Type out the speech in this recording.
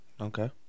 Okay